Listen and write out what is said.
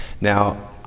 Now